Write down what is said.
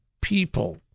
people